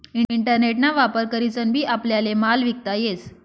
internet ना वापर करीसन बी आपल्याले माल विकता येस